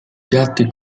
piatti